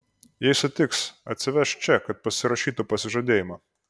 jei sutiks atsivežk čia kad pasirašytų pasižadėjimą